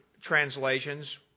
translations